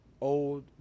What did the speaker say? old